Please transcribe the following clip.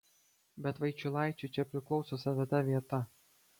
bet vaičiulaičiui čia priklauso savita vieta